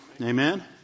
amen